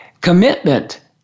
Commitment